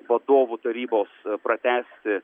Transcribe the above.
vadovų tarybos pratęsti